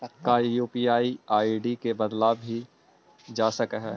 का UPI ID के बदलल भी जा सकऽ हई?